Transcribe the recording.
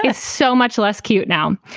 ah so much less cute now.